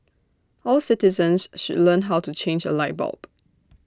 all citizens should learn how to change A light bulb